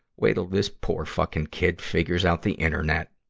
wait til this poor, fucking kid figures out the internet.